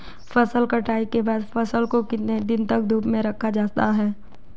फसल कटाई के बाद फ़सल को कितने दिन तक धूप में रखा जाता है?